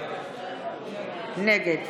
נגד